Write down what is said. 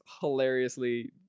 hilariously